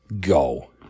go